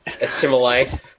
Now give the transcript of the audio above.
assimilate